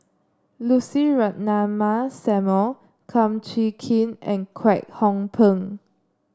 Lucy Ratnammah Samuel Kum Chee Kin and Kwek Hong Png